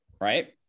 right